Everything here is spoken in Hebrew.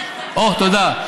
תודה.